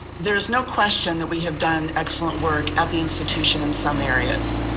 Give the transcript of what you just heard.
there is no question that we have done excellent work at the institution in some areas.